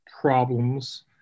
problems